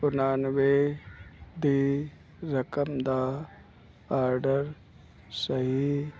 ਉਣਾਨਵੇਂ ਦੀ ਰਕਮ ਦਾ ਆਡਰ ਸਹੀ